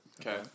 Okay